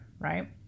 right